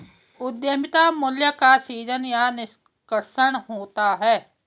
उद्यमिता मूल्य का सीजन या निष्कर्षण होता है